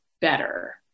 better